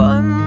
One